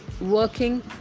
working